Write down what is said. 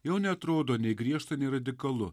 jau neatrodo nei griežta nei radikalu